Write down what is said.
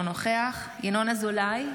אינו נוכח ינון אזולאי,